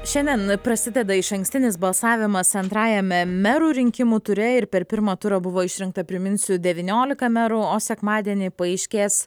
šiandien prasideda išankstinis balsavimas antrajame merų rinkimų ture ir per pirmą turą buvo išrinkta priminsiu devyniolika merų o sekmadienį paaiškės